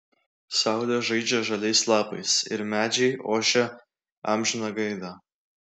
saulė žaidžia žaliais lapais ir medžiai ošia amžiną gaidą